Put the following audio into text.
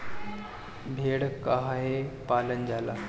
भेड़ काहे पालल जाला?